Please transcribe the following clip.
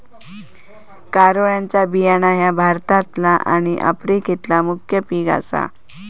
कारळ्याचे बियाणा ह्या भारतातला आणि आफ्रिकेतला मुख्य पिक आसा